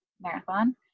marathon